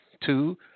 Two